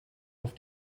auf